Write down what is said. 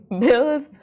bills